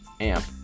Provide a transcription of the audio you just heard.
AMP